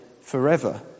forever